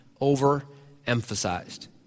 overemphasized